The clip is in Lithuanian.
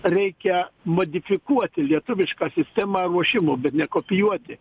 reikia modifikuoti lietuvišką sistemą ruošimu bet ne kopijuoti